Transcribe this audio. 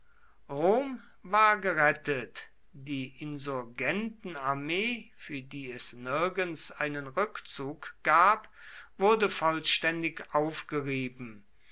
rom war gerettet die insurgentenarmee für die es nirgends einen rückzug gab wurde vollständig aufgerieben